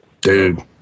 dude